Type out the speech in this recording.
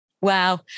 Wow